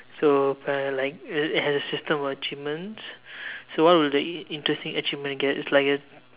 so uh like uh it it has a system of achievements so what will the i~ interesting achievement get it's like a